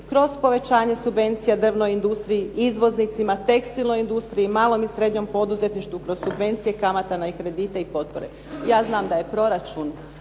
kroz povećanje subvencija drvnoj industriji, izvoznicima, tekstilnoj industriji, malom i srednjem poduzetništvo kroz subvencije kamata na kredite i potpore. Ja znam da je proračun